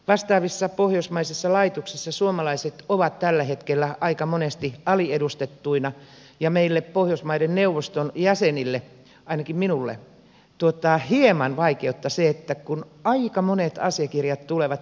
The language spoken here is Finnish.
vastaavissa pohjoismaisissa laitoksissa suomalaiset ovat tällä hetkellä aika monesti aliedustettuina ja meille pohjoismaiden neuvoston jäsenille ainakin minulle tuottaa hieman vaikeutta se että aika monet asiakirjat tulevat tanskan kielellä